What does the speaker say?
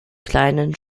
kleinen